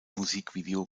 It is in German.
musikvideo